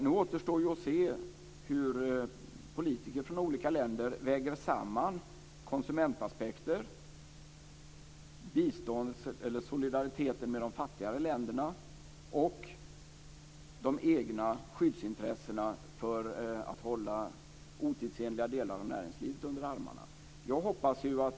Nu återstår det att se hur politiker från olika länder väger samman konsumentaspekter, solidariteten med de fattiga länderna och de egna skyddsintressena av att hålla otidsenliga delar av det egna näringslivet under armarna.